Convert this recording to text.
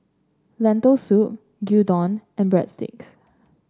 Lentil Soup Gyudon and Breadsticks